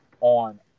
on